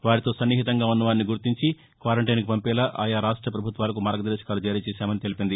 వారితో సన్నిహితంగా ఉన్నవారిని గుర్తించి క్వారంటైన్కు పంపేలా ఆయా రాష్ట ప్రభుత్వాలకు మార్గదర్శకాలు జారీ చేశామని పేర్కొంది